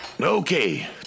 Okay